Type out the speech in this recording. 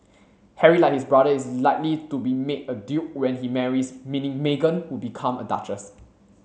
Harry like his brother is likely to be made a duke when he marries meaning Meghan would become a duchess